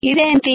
ఇది ఏంటి